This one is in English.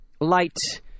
light